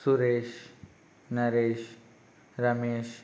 Suresh Naresh Ramesh